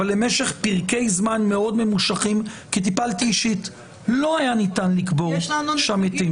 אבל למשך פרקי זמן מאוד ממושכים לא היה ניתן לקבור שם מתים.